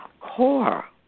core